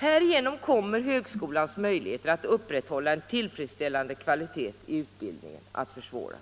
Härigenom kommer högskolans möjligheter att upprätthålla en tillfredsställande kvalitet i utbildningen att försvåras.